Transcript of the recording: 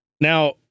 Now